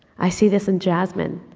i see this in jasmine,